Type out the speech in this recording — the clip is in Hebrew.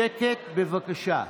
שקט, בבקשה.